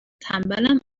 تنبلم